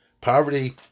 Poverty